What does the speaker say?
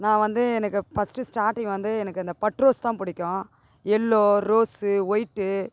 நான் வந்து எனக்கு ஃபர்ஸ்டு ஸ்டார்ட்டிங் வந்து எனக்கு இந்த பட் ரோஸ் தான் பிடிக்கும் எல்லோ ரோஸ்ஸு ஒய்ட்டு